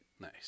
Nice